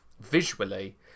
visually